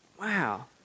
wow